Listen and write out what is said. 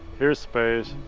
here's space.